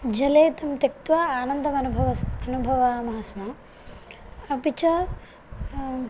जले तं त्यक्त्वा आनन्दमनुभव अनुभवामः स्मः अपि च